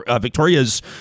victoria's